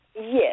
Yes